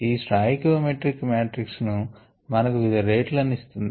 ఈ stoichiometric matrix మనకు వివిధ రేట్ లను ఇస్తుంది